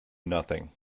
nothing